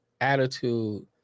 attitude